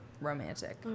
romantic